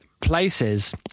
places